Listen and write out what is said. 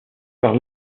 par